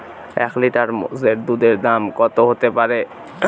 এক লিটার মোষের দুধের দাম কত হতেপারে?